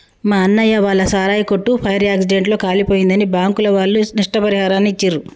మా అన్నయ్య వాళ్ళ సారాయి కొట్టు ఫైర్ యాక్సిడెంట్ లో కాలిపోయిందని బ్యాంకుల వాళ్ళు నష్టపరిహారాన్ని ఇచ్చిర్రు